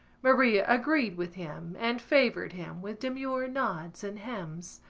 maria agreed with him and favoured him with demure nods and hems.